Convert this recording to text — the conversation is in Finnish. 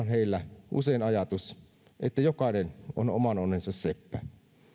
heillä usein ajatus että jokainen on oman onnensa seppä